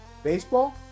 Baseball